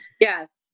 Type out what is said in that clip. Yes